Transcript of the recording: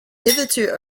hitherto